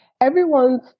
everyone's